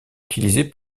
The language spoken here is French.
utilisé